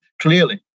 clearly